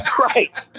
right